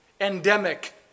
endemic